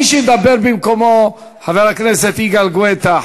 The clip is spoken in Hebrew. ידבר במקומו חבר הכנסת יגאל גואטה,